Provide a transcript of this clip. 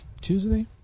Tuesday